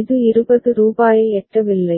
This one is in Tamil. இது 20 ரூபாயை எட்டவில்லை